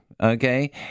Okay